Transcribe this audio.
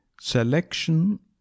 Selection